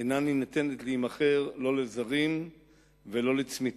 איננה ניתנת להימכר, לא לזרים ולא לצמיתות.